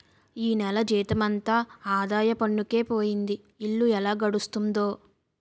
ఈ నెల జీతమంతా ఆదాయ పన్నుకే పోయింది ఇల్లు ఎలా గడుస్తుందో